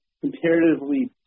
comparatively